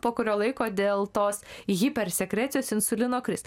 po kurio laiko dėl tos į hipersekrecijos insulino kris